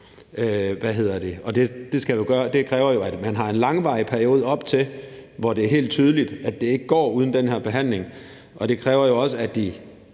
Det kræver jo, at man har en langvarig periode op til, hvor det er helt tydeligt, at det ikke går uden den her behandling, og det kræver også, at de